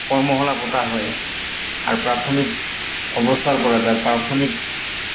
কৰ্মশালা পতা হয় আৰু প্ৰাথমিক অৱস্থাৰ পৰা বা প্ৰাথমিক